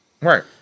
Right